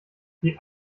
die